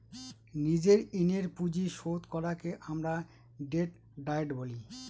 নিজের ঋণের পুঁজি শোধ করাকে আমরা ডেট ডায়েট বলি